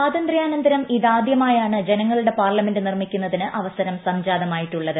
സ്വാതന്ത്ര്യാനന്തരം ഇതാദ്യമായാണ് ജനങ്ങളുടെ പാർലമെന്റ് നിർമ്മിക്കുന്നതിന് അവസരം സംജാതമായിട്ടുള്ളത്